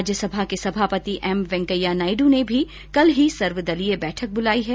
राज्यसभा रा सभापति एम वेंकैया नायडू भी काल सर्वदलीय बैठक बुलाई है